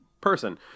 person